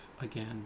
again